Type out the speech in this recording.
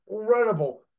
incredible